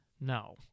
No